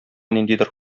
ниндидер